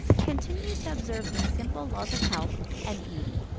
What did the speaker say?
continue to observe these simple laws of health and beauty,